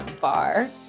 bar